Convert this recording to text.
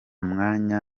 mwanya